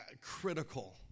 critical